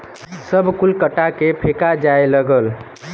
सब कुल कटा के फेका जाए लगल